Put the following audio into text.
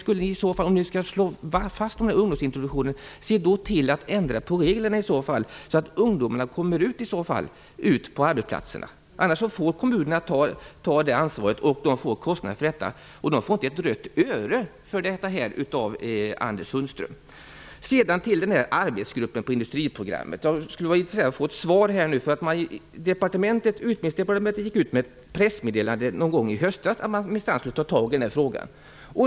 Om ni skall slå fast ungdomsintroduktionen måste ni se till att reglerna ändras så att ungdomarna kan komma ut på arbetsplatserna, för annars blir det kommunerna som får ta det ansvaret. Därmed får de också ta kostnaderna. För detta får kommunerna inte ett rött öre av Anders Sundström. Låt mig sedan gå över till den här arbetsgruppen på industriprogrammet. Jag skulle vara intresserad av att få ett svar här. Utbildningsdepartementet gick ut med ett pressmeddelande någon gång i höstas om att man minsann skulle ta tag i den här frågan.